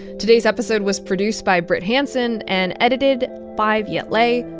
today's episode was produced by brit hanson and edited by viet le.